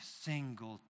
single